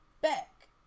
back